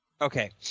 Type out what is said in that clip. Okay